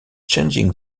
changing